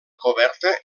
coberta